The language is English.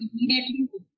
immediately